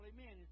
Amen